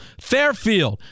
Fairfield